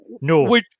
No